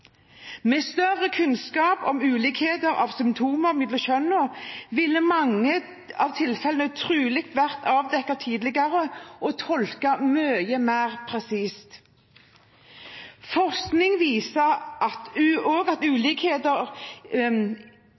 Med større kunnskap om ulikheter på symptomer mellom kjønnene ville mange av tilfellene trolig vært avdekket tidligere og tolket mye mer presist. Forskning viser også at ulikheter når det gjelder hvordan ting virker på kvinner og